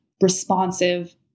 responsive